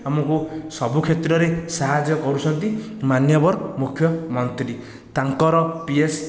ଆମକୁ ସବୁକ୍ଷେତ୍ରରେ ସାହାଯ୍ୟ କରୁଛନ୍ତି ମାନ୍ୟବର ମୁଖ୍ୟମନ୍ତ୍ରୀ ତାଙ୍କର ପିଏସ